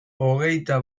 hogeita